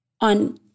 on